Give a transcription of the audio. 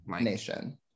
Nation